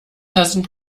tassen